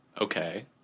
Okay